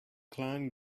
clan